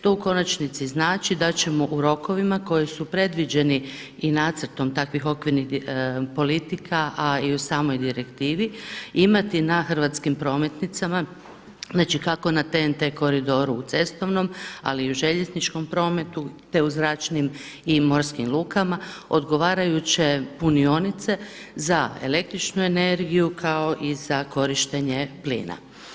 To u konačnici znači da ćemo u rokovima koji su predviđeni i nacrtom takvih okvirnih politika a i u samoj direktivi imati na hrvatskim prometnicama, znači kako na TNT koridoru u cestovnom ali i u željezničkom prometu te u zračnim i morskim lukama odgovarajuće punionice za električnu energiju kao i za korištenje plina.